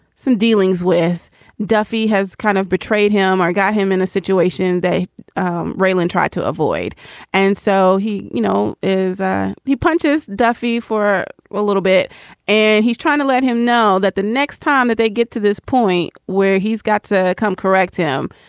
some dealings with duffy has kind of betrayed him or got him in a situation that um raylan tried to avoid and so he, you know, is ah he punches duffie for a little bit and he's trying to let him know that the next time that they get to this point where he's got to come correct him,